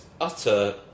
utter